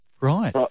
Right